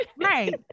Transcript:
Right